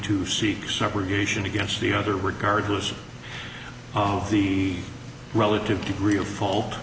to seek supervision against the other regardless of the relative degree of fault